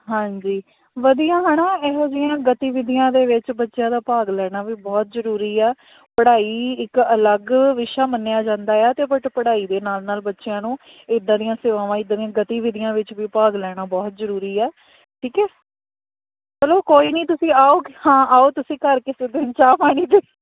ਹਾਂਜੀ ਵਧੀਆ ਹੈ ਨਾ ਇਹੋ ਜਿਹੀਆਂ ਗਤੀਵਿਧੀਆਂ ਦੇ ਵਿੱਚ ਬੱਚਿਆਂ ਦਾ ਭਾਗ ਲੈਣਾ ਵੀ ਬਹੁਤ ਜ਼ਰੂਰੀ ਆ ਪੜ੍ਹਾਈ ਇੱਕ ਅਲੱਗ ਵਿਸ਼ਾ ਮੰਨਿਆ ਜਾਂਦਾ ਆ ਅਤੇ ਬਟ ਪੜ੍ਹਾਈ ਦੇ ਨਾਲ ਨਾਲ ਬੱਚਿਆਂ ਨੂੰ ਇੱਦਾਂ ਦੀਆਂ ਸੇਵਾਵਾਂ ਇੱਦਾਂ ਦੀਆਂ ਗਤੀਵਿਧੀਆਂ ਵਿੱਚ ਵੀ ਭਾਗ ਲੈਣਾ ਬਹੁਤ ਜ਼ਰੂਰੀ ਹੈ ਠੀਕ ਹੈ ਚਲੋ ਕੋਈ ਨਹੀਂ ਤੁਸੀਂ ਆਓ ਹਾਂ ਆਓ ਤੁਸੀਂ ਘਰ ਕਿਸੇ ਦਿਨ ਚਾਹ ਪਾਣੀ 'ਤੇ